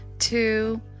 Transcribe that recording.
Two